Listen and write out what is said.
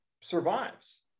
survives